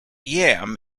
yam